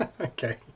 Okay